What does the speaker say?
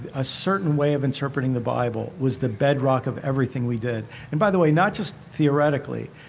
a certain way of interpreting the bible was the bedrock of everything we did and by the way, not just theoretically,